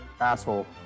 Asshole